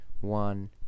one